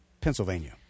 Pennsylvania